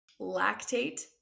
lactate